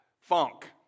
funk